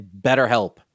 BetterHelp